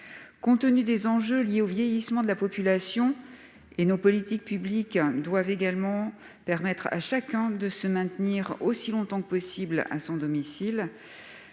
Compte tenu des enjeux liés au vieillissement de la population, nos politiques publiques doivent permettre à chacun de se maintenir aussi longtemps que possible à son domicile.